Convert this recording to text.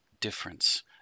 difference